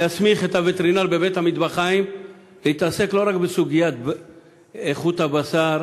להסמיך את הווטרינר בבית-המטבחיים להתעסק לא רק בסוגיית איכות הבשר